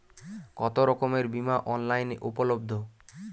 কতোরকমের বিমা অনলাইনে উপলব্ধ?